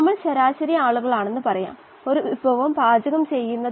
DO ലയിച്ച ഓക്സിജന് വായുവിനൊപ്പം ശതമാനക്കണക്കായി കിട്ടുന്നു